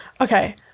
okay